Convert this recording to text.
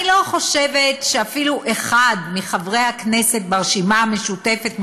אני לא חושבת שאפילו אחד מחברי הכנסת ברשימה המשותפת,